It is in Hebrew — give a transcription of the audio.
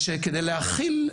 שכדי להחיל,